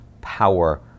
power